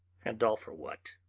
and all for what?